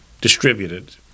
distributed